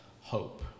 hope